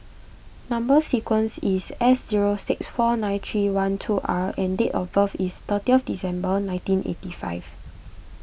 Number Sequence is S zero six four nine three one two R and date of birth is thirty December nineteen eighty five